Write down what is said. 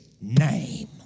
name